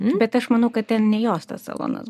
bet aš manau kad ten ne jos tas salonas